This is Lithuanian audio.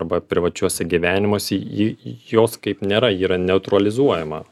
arba privačiuose gyvenimuose ji jos kaip nėra ji yra neutralizuojama